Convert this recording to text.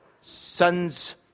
sons